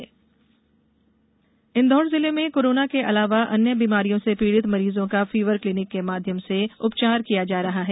fever clinic Indore Indore जिले में corona के अलावा अन्य बीमारियों से पीड़ित मरीजों का फीवर क्लीनिक के माध्यम से उपचार किया जा रहा है